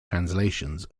translations